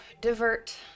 divert